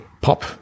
pop